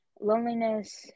loneliness